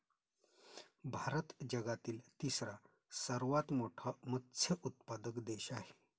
भारत जगातील तिसरा सर्वात मोठा मत्स्य उत्पादक देश आहे